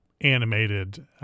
animated